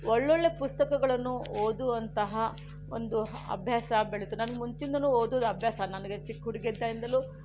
ಒಳ್ಳೊಳ್ಳೆಯ ಪುಸ್ತಕಗಳನ್ನು ಓದುವಂತಹ ಒಂದು ಅಭ್ಯಾಸ ಬೆಳೆಯಿತು ನನಗೆ ಮುಂಚಿಂದಲೂ ಓದುವುದು ಅಭ್ಯಾಸ ಅದು ನನಗೆ ಚಿಕ್ಕ ಹುಡುಗಿಯಿದ್ದ ಇಂದಲೂ